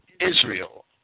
Israel